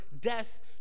death